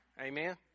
Amen